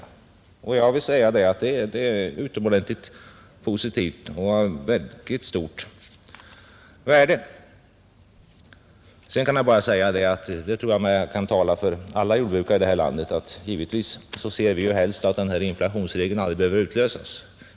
Det är utomordentligt positivt och av verkligt stort värde, Sedan kan jag säga — och där tror jag mig kunna tala för alla jordbrukare i det här landet — att givetvis ser vi helst att inflationsregeln aldrig behöver utlösas.